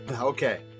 Okay